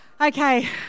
Okay